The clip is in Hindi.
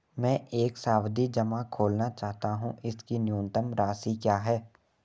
मैं एक सावधि जमा खोलना चाहता हूं इसकी न्यूनतम राशि क्या है?